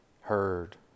heard